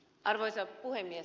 arvoisa puhemies